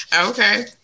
Okay